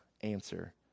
answer